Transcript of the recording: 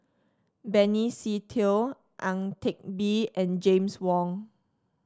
Benny Se Teo Ang Teck Bee and James Wong